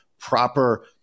proper